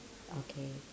okay